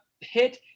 hit